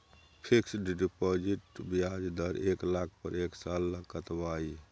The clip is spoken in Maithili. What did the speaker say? फिक्सड डिपॉजिट के ब्याज दर एक लाख पर एक साल ल कतबा इ?